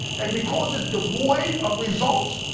and because it's devoid of results,